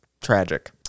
tragic